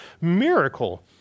Miracle